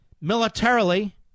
militarily